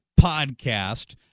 Podcast